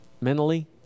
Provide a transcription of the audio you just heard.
mentally